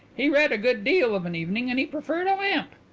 he read a good deal of an evening and he preferred a lamp.